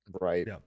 Right